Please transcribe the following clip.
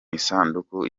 isanduku